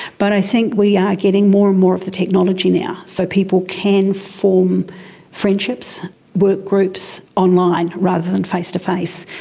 but i think we are getting more and more of the technology now, so people can form friendships, workgroups online rather than face-to-face,